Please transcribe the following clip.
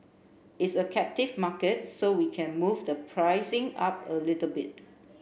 it's a captive market so we can move the pricing up a little bit